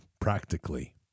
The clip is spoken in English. practically